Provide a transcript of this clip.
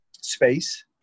space